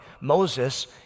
Moses